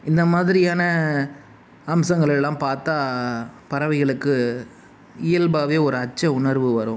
இந்தமாதிரியான அம்சங்களேலாம் பார்த்தா பறவைகளுக்கு இயல்பாகவே ஒரு அச்ச உணர்வு வரும்